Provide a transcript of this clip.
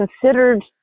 considered